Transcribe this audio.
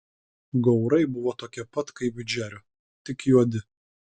gaurai buvo tokie pat kaip džerio tik juodi